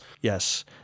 Yes